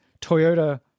Toyota